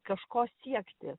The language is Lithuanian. kažko siekti